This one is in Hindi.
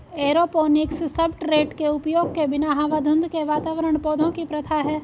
एरोपोनिक्स सब्सट्रेट के उपयोग के बिना हवा धुंध के वातावरण पौधों की प्रथा है